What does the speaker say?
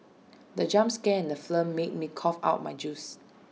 the jump scare in the film made me cough out my juice